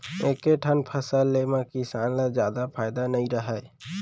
एके ठन फसल ले म किसान ल जादा फायदा नइ रहय